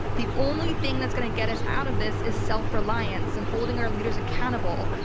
the only thing that's going to get us out of this is self-reliance and holding our leaders accountable.